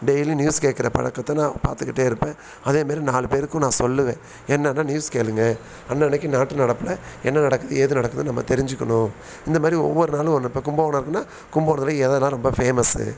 டெய்லியும் நியூஸ் கேட்கற பழக்கத்தை நான் பார்த்துக்கிட்டே இருப்பேன் அதே மாரி நாலு பேருக்கும் நான் சொல்லுவேன் என்னென்னால் நியூஸ் கேளுங்கள் அன்னனைக்கு நாட்டு நடப்பில் என்ன நடக்குது ஏது நடக்குதுன்னு நம்ம தெரிஞ்சுக்கணும் இந்த மாதிரி ஒவ்வொரு நாளும் ஒன்று இப்போ கும்பகோணம் இருக்குன்னால் கும்பகோணத்தில் எதலாம் ரொம்ப ஃபேமஸ்ஸு